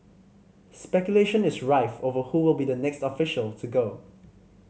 speculation is rife over who will be the next official to go